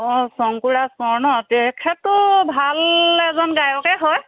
অঁ শংকুৰাজ কোঁৱৰ ন তেখেতো ভাল এজন গায়কে হয়